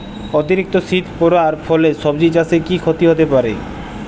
অতিরিক্ত শীত পরার ফলে সবজি চাষে কি ক্ষতি হতে পারে?